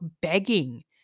begging